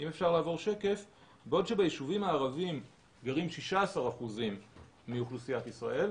בעוד שביישובים הערביים גרים 16% מאוכלוסיית ישראל,